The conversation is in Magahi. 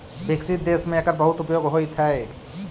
विकसित देश में एकर बहुत उपयोग होइत हई